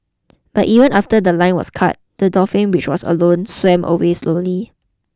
but even after the line was cut the dolphin which was alone swam away slowly